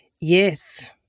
Yes